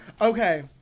Okay